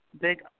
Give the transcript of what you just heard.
big